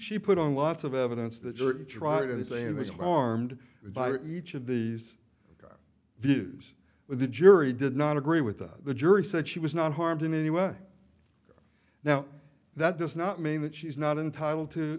she put on lots of evidence the church try to say this harmed by each of these views when the jury did not agree with that the jury said she was not harmed in any way now that does not mean that she's not entitled to